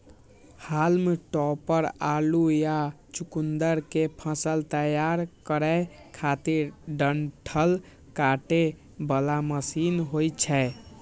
हाल्म topper आलू या चुकुंदर के फसल तैयार करै खातिर डंठल काटे बला मशीन होइ छै